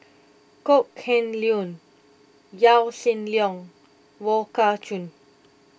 Kok Heng Leun Yaw Shin Leong Wong Kah Chun